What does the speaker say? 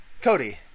Cody